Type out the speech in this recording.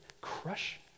crush